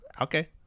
Okay